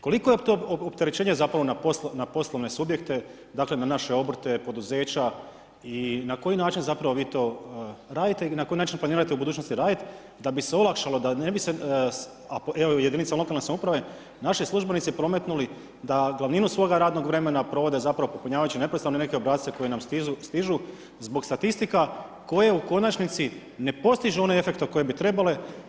Koliko je to opterećenje zapravo na poslovne subjekte, dakle na naše obrte, poduzeća i na koji način zapravo vi to radite i na koji način planirate u budućnosti raditi da bi se olakšalo, da ne bi se, evo jedinica lokalne samouprave, naši službenici su prometnuli da glavninu svoga radnog vremena provode zapravo popunjavajući neprestano neke obrasce koji nam stižu zbog statistika koje u konačnici ne postižu onaj efekt koji bi trebale.